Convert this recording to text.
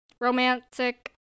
romantic